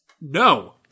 No